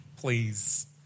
please